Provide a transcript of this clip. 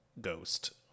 Ghost